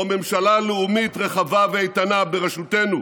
או ממשלה לאומית רחבה ואיתנה בראשותנו,